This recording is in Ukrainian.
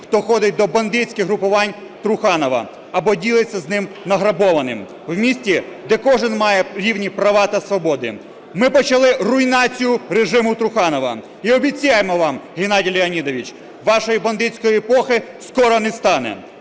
хто входить до бандитських угрупувань Труханова або ділиться з ним награбованим. У місті, де кожен має рівні права та свободи. Ми почали руйнацію режиму Траханова. І обіцяємо вам, Геннадію Леонідовичу, вашої бандитської епохи скоро не стане.